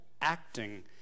acting